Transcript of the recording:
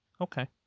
Okay